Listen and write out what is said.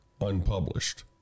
unpublished